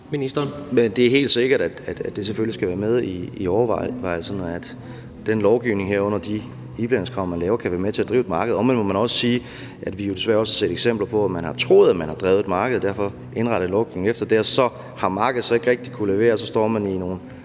Det er helt sikkert, at det selvfølgelig skal være med i overvejelserne, at den lovgivning, herunder de iblandingskrav, man laver, kan være med til at drive et marked. Omvendt må man også sige, at vi desværre også har set eksempler på, at man har troet, at man har drevet et marked, og derfor indrettet lovgivningen efter det, og så har markedet ikke rigtig kunnet levere, og så står man i nogle